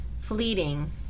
Fleeting